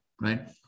right